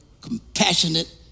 compassionate